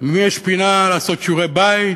אם יש פינה לעשות שיעורי-בית,